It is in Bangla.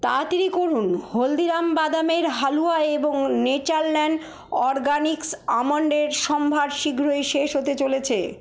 তাড়াতাড়ি করুন হলদিরামস বাদামের হালুয়া এবং নেচারল্যান্ড অরগ্যানিক্স আমন্ড এর সম্ভার শীঘ্রই শেষ হতে চলেছে